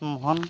Mohan